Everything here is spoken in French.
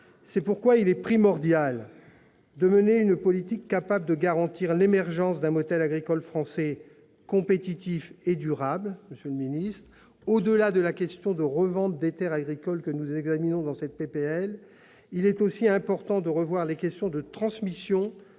C'est pourquoi il est primordial de mener une politique capable de garantir l'émergence d'un modèle agricole français compétitif et durable. Au-delà de la question de la revente des terres agricoles que nous examinons dans cette proposition de loi, il est donc aussi important de revoir les questions de transmission